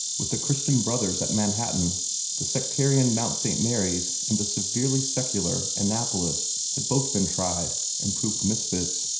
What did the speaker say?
with the christian brothers at manhattan the sectarian mt. st. mary's and the severely secular annapolis had both been tried, and proved misfits.